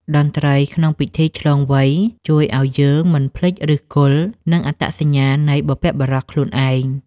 តន្ត្រីក្នុងពិធីឆ្លងវ័យ ជួយឱ្យយើងមិនភ្លេចឫសគល់ និងអត្តសញ្ញាណនៃបុព្វបុរសខ្លួនឯង។